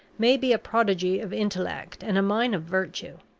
may be a prodigy of intellect and a mine of virtue,